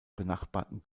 benachbarten